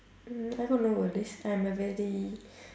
mm I got no worries I am a very